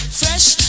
fresh